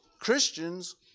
Christians